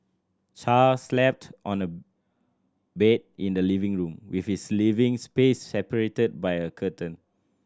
char slept on a bed in the living room with his living space separated by a curtain